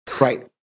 Right